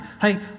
hey